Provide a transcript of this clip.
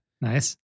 nice